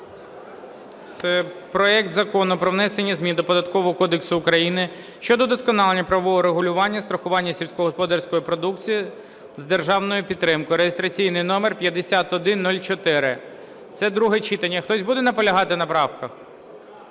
це проект Закону про внесення змін до Податкового кодексу України щодо удосконалення правового регулювання страхування сільськогосподарської продукції з державною підтримкою (реєстраційний номер 5104). Це друге читання. Хтось буде наполягати на правках